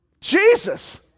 Jesus